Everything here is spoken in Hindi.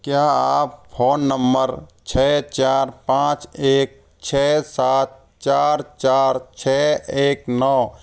क्या आप फोन नंबर छ चार पाँच एक छ सात चार चार छ एक नौ